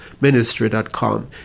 Ministry.com